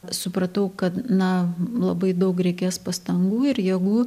supratau kad na labai daug reikės pastangų ir jėgų